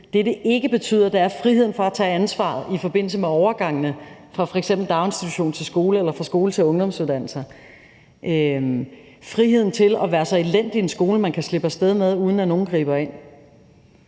det, det ikke betyder, er frihed fra at tage ansvaret i forbindelse med overgangene fra f.eks. daginstitution til skole eller fra skole til ungdomsuddannelse; friheden til at være så elendig en skole, man kan slippe af sted med at være, uden at nogen griber ind.